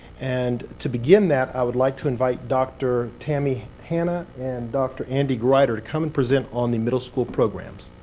and to begin that, i would like to invite dr. tammy hanna and dr. andy grider to come and present on the middle school programs.